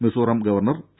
Mizoram governor P